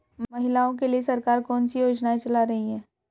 महिलाओं के लिए सरकार कौन सी योजनाएं चला रही है?